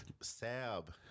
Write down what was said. Sab